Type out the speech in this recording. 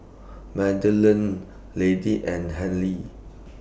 Madeleine Lady and Harley